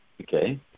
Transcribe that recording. Okay